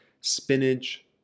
Spinach